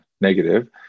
negative